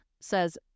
says